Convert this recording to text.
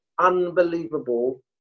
Unbelievable